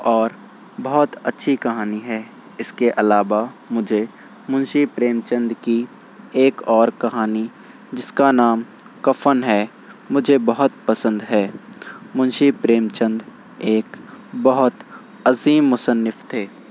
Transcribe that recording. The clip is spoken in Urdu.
اور بہت اچھی کہانی ہے اس کے علاوہ مجھے منشی پریم چند کی ایک اور کہانی جس کا نام کفن ہے مجھے بہت پسند ہے منشی پریم چند ایک بہت عظیم مصنف تھے